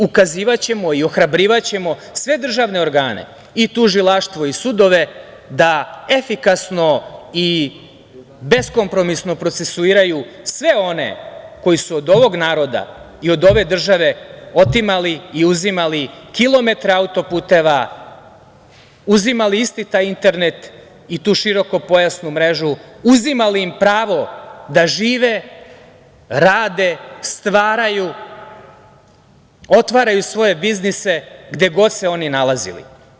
Ukazivaćemo i ohrabrivaćemo sve državne organe, tužilaštvo i sudove da efikasno i beskompromisno procesuiraju sve one koji su od ovog naroda i od ove države otimali i uzimali kilometre autoputeva, uzimali isti taj internet i tu širokopojasnu mrežu, uzimali im pravo da žive, rade, stvaraju, otvaraju svoje biznise gde god se oni nalazili.